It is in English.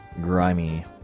grimy